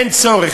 אין צורך,